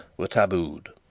were tabooed.